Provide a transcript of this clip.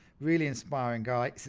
really inspiring guy.